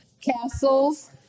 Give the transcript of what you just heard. castles